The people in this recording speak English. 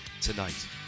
tonight